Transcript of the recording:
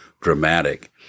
dramatic